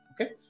Okay